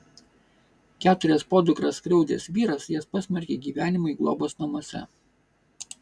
keturias podukras skriaudęs vyras jas pasmerkė gyvenimui globos namuose